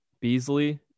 Beasley